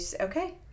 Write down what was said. Okay